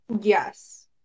Yes